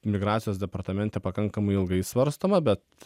migracijos departamente pakankamai ilgai svarstoma bet